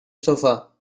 sofa